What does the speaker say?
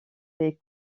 les